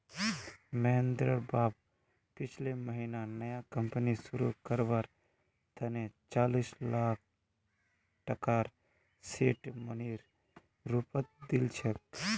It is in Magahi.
महेंद्रेर बाप पिछले महीना नया कंपनी शुरू करवार तने चालीस लाख टकार सीड मनीर रूपत दिल छेक